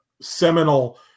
seminal